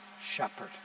shepherd